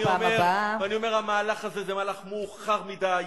בפעם הבאה אני אומר שהמהלך הזה הוא מהלך מאוחר מדי.